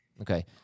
Okay